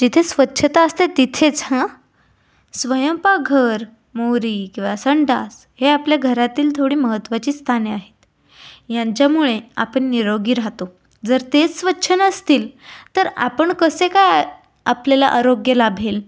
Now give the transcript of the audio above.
जिथे स्वच्छता असते तिथेच हां स्वयंपाघर मो किंवा संडास हे आपल्या घरातील थोडी महत्त्वाची स्थाने आहेत यांच्यामुळे आपण निरोगी राहतो जर तेच स्वच्छ नसतील तर आपण कसे काय आपल्याला आरोग्य लाभेल